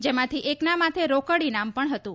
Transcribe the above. જેમાંથી એકના માથે રોકડ ઇનામ પણ હતું